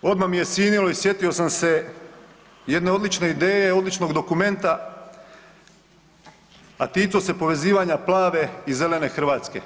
Odmah mi je sinulo i sjetio sam se jedne odlične ideje, odličnog dokumenta a ticao se povezivanja plave i zelene Hrvatske.